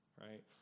right